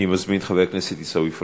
אני מזמין את חבר הכנסת עיסאווי פריג'.